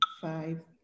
Five